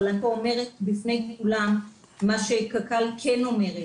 אבל אני אומרת בפני כולם מה שקק"ל כן אומרת.